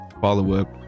follow-up